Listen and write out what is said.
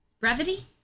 Brevity